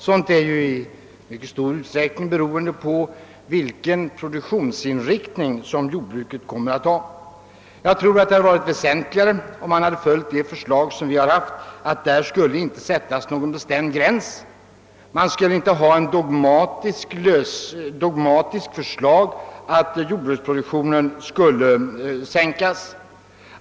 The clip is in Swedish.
Detta är ju i mycket stor utsträckning beroende av vilken produktionsinriktning jordbruket kommer att få. Jag tror att det hade varit riktigare att följa det förslag som vi lade fram, nämligen att det inte skulle sättas någon bestämd gräns. Det skulle inte göras något dogmatiskt uttalande om att jordbruksproduktionen skulle sänkas.